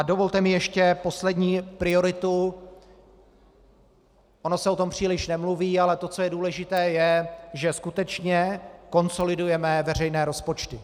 Dovolte mi ještě poslední prioritu, ono se o tom příliš nemluví, ale je důležité, že skutečně konsolidujeme veřejné rozpočty.